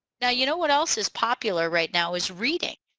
now you know what else is popular right now is reading.